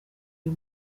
uyu